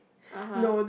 (uh huh)